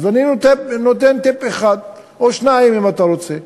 אז אני נותן טיפ אחד או שניים, אם אתה רוצה.